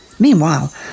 Meanwhile